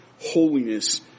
holiness